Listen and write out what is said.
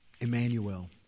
Emmanuel